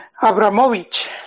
Abramovich